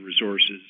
resources